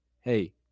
hey